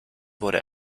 wurde